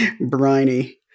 Briny